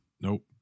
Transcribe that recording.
Nope